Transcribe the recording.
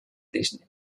disney